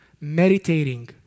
meditating